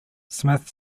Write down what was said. smith